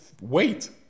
wait